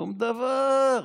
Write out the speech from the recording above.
שום דבר.